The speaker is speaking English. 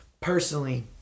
personally